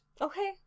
Okay